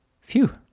Phew